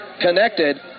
connected